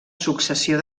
successió